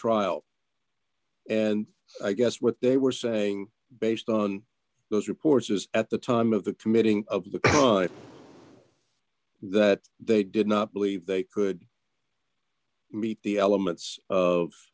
trial and i guess what they were saying based on those reports is at the time of the committing that they did not believe they could the elements